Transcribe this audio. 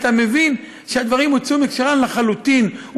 היית מבין שהדברים הוצאו מהקשרם לחלוטין.